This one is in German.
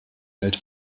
welt